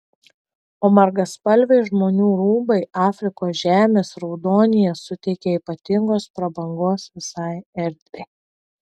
o margaspalviai žmonių rūbai afrikos žemės raudonyje suteikia ypatingos prabangos visai erdvei